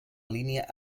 línia